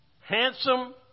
Handsome